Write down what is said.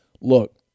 Look